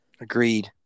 Agreed